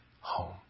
home